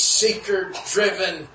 seeker-driven